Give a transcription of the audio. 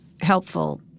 helpful